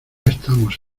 estamos